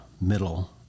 middle